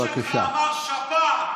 הבוס שלך אמר: שפעת.